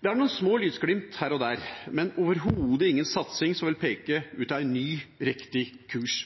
Det er noen små lysglimt her og der, men overhodet ingen satsing som vil peke ut en ny og riktig kurs.